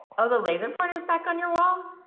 are the laser pointers back on your wall?